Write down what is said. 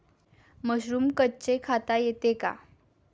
Mushroom कच्चे खाता येते का?